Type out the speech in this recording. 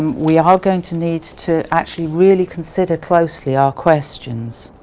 um we are going to need to actually really consider closely our questions.